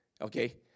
okay